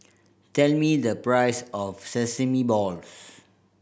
tell me the price of sesame balls